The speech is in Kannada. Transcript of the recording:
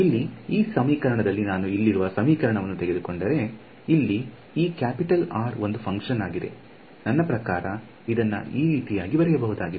ಇಲ್ಲಿ ಈ ಸಮೀಕರಣದಲ್ಲಿ ನಾನು ಇಲ್ಲಿರುವ ಸಮೀಕರಣವನ್ನು ತೆಗೆದುಕೊಂಡರೆ ಇಲ್ಲಿ ಈ ಕ್ಯಾಪಿಟಲ್ R ಒಂದು ಫಂಕ್ಷನ್ ಆಗಿದೆ ನನ್ನ ಪ್ರಕಾರ ಇದನ್ನ ಈ ರೀತಿಯಾಗಿ ಬರೆಯಬಹುದಾಗಿದೆ